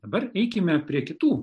dabar eikime prie kitų